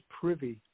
privy